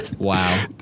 Wow